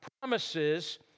promises